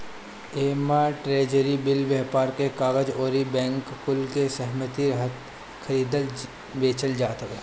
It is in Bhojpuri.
एमे ट्रेजरी बिल, व्यापार के कागज अउरी बैंकर कुल के सहमती के साथे खरीदल बेचल जात हवे